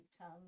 tongue